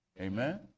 Amen